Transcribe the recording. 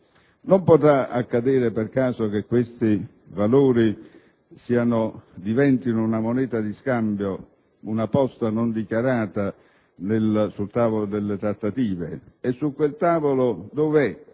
Non potrà accadere per caso che questi valori diventino una moneta di scambio, una posta non dichiarata sul tavolo delle trattative ? E su quel tavolo dov'è